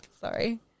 Sorry